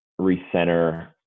recenter